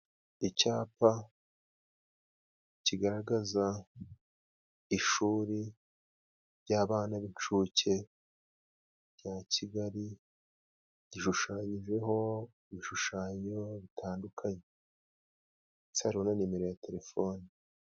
Icyapa kigaragaza ishuri ry'abana b'incuke, rya Kigali gishushanyijeho ibishushanyo, bitandukanye cyiriho na nimero ya telefone.